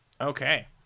Okay